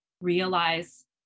realize